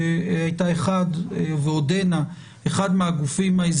רוב הדברים שהוזכרו כאן הם ויכוחים שאנחנו מנהלים אותם שנים רבות.